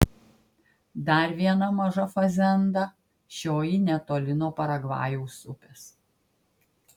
dar viena maža fazenda šioji netoli nuo paragvajaus upės